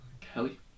Kelly